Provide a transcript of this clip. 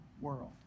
world